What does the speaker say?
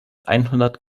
einhundert